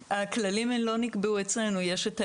הכללים לא נקבעו אצלנו, יש את האיגוד,